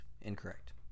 Incorrect